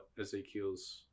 Ezekiel's